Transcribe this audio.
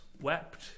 wept